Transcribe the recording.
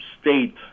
state